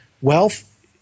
Wealth